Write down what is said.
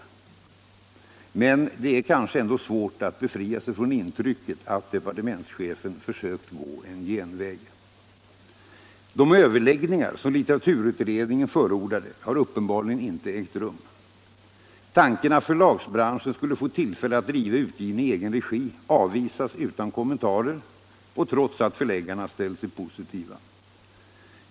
Men det är kanske ändå svårt att befria:sig från intrycket att departementschefen försökt gå en genväg. De överläggningar som Htteraturutredningen förordade har uppenbarligen inte ägt rum. Tanken att förlagsbranschen skulle få tillfälle att driva utgivningen i cgen regi avvisas utan kommentar — och trots att förläggarna ställt sig positiva.